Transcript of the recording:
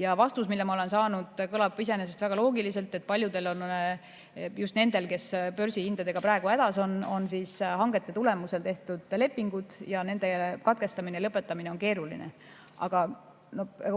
Ja vastus, mille ma olen saanud, kõlab iseenesest väga loogiliselt: paljudel, just nendel, kes börsihindadega praegu hädas on, on hangete tulemusel tehtud lepingud ja nende katkestamine ja lõpetamine on keeruline. Aga